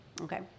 Okay